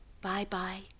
Bye-bye